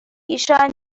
ایشان